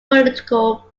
political